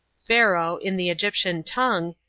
pharaoh, in the egyptian tongue,